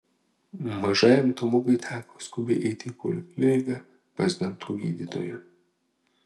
mažajam tomukui teko skubiai eiti į polikliniką pas dantų gydytoją